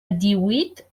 díhuit